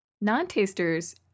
Non-tasters